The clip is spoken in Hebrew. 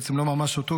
בעצם לא ממש אותו,